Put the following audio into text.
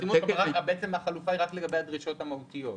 בעצם החלופה היא רק לגבי הדרישות המהותיות.